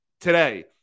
today